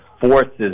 forces